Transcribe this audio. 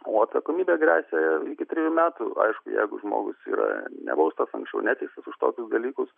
o atsakomybė gresia iki trejų metų aišku jeigu žmogus yra nebaustas anksčiau neteistas už tokius dalykus